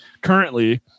currently